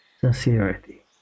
sincerity